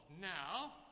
now